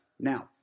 Now